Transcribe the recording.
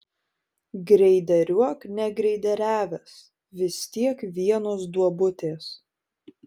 greideriuok negreideriavęs vis tiek vienos duobutės